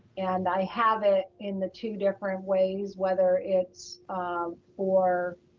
and i have it in the two different ways, whether it's for